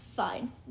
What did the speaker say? fine